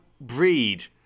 breed